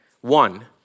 one